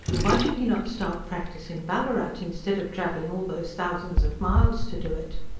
why should he not start practice in ballarat, instead of travelling all those thousands of miles to do it?